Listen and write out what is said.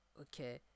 okay